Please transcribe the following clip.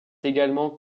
également